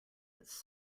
its